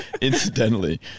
incidentally